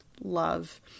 love